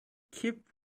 keep